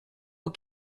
aux